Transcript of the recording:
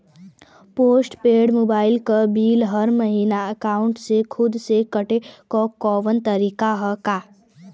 Post paid mobile क bill हर महिना एकाउंट से खुद से कटे क कौनो तरीका ह का?